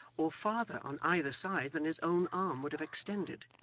or farther on either side than his own arm would have extended.